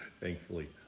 Thankfully